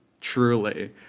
truly